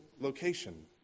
location